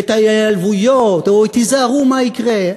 את ההיעלבויות, את ה"תיזהרו מה יקרה".